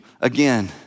again